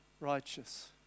righteous